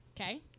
Okay